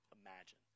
imagine